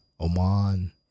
Oman